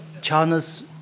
China's